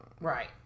Right